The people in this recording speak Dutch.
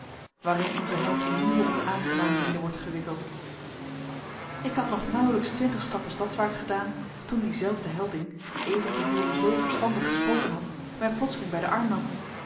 waarin onze held in nieuwe onaangenaamheden wordt gewikkeld ik had nog nauwelijks twintig stappen stadwaarts gedaan toen die zelfde helding die even te voren zoo verstandig gesproken had mij plotseling bij den arm nam